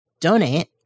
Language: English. donate